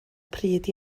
pryd